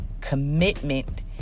commitment